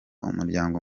umuryango